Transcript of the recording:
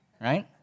right